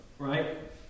Right